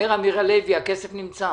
אומר אמיר הלוי שהכסף נמצא